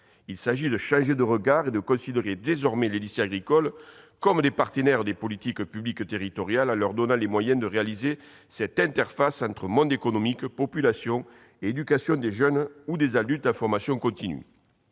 Il s'agit de changer de regard et de considérer désormais les lycées agricoles comme des partenaires des politiques publiques territoriales en leur donnant les moyens de réaliser cette interface entre monde économique, population et éducation des jeunes ou des adultes en formation continue.